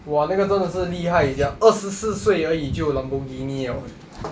!wah! 那个真的是厉害 sia 二十四岁而已就有 Lamborghini liao eh